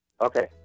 Okay